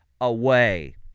away